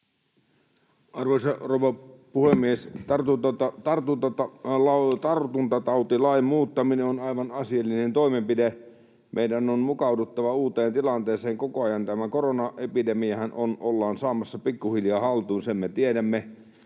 Arvoisa rouva puhemies! Tartuntatautilain muuttaminen on aivan asiallinen toimenpide. Meidän on mukauduttava uuteen tilanteeseen koko ajan. Tämä koronaepidemiahan ollaan saamassa pikkuhiljaa haltuun, sen me tiedämme,